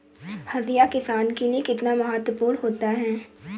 हाशिया किसान के लिए कितना महत्वपूर्ण होता है?